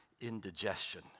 indigestion